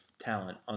talent